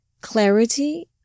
Clarity